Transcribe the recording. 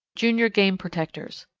junior game protectors.